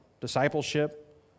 Discipleship